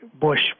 Bush